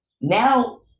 Now